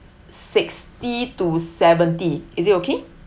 sixty to seventy is it okay